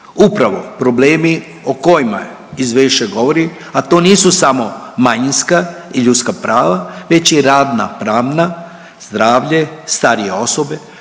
Upravo problemi o kojima izvješće govori, a to nisu samo manjinska i ljudska prava već i radna pravna, zdravlje, starije osobe,